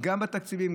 גם בתקציבים,